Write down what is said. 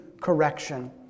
correction